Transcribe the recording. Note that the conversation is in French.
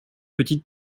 petite